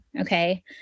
okay